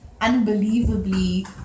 unbelievably